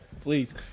Please